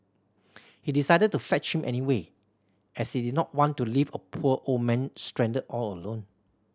he decided to fetch him anyway as he did not want to leave a poor old man stranded all alone